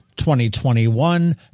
2021